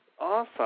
Awesome